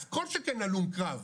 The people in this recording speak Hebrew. אז כל שכן הלום קרב,